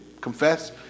Confess